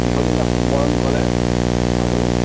ইহলীলা সম্বৰণ কৰে আৰু